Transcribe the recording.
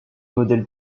modèle